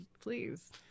Please